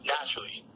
Naturally